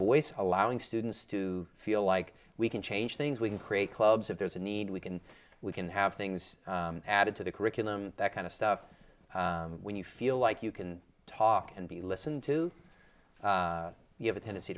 voice allowing students to feel like we can change things we can create clubs if there's a need we can we can have things added to the curriculum that kind of stuff when you feel like you can talk and be listened to you have a tendency